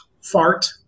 Fart